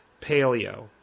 paleo